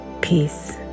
peace